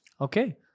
Okay